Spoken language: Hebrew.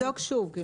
נבדוק שוב.